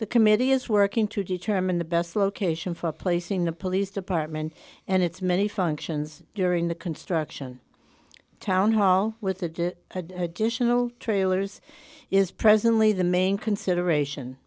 the committee is working to determine the best location for placing the police department and its many functions during the construction town hall with the additional trailers is presently the main consideration